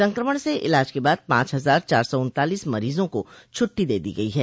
संक्रमण से इलाज के बाद पांच हजार चार सौ उन्तालीस मरीजों को छुट्टी दे दी गई है